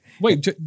Wait